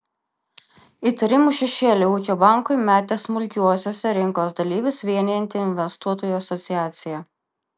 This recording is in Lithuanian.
įtarimų šešėlį ūkio bankui metė smulkiuosiuose rinkos dalyvius vienijanti investuotojų asociacija